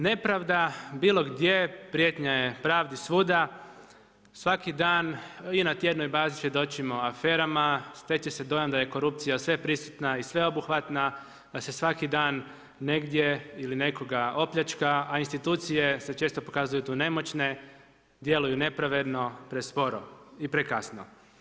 Nepravda bilo gdje prijetnja je pravdi svuda, svaki dan i na tjednoj bazi svjedočimo aferama, stječe se dojam da je korupcija sveprisutna i sveobuhvatna, da se svaki dan negdje ili nekoga opljačka a institucije se često pokazuju tu nemoćne, djeluju nepravedno, presporo i prekasno.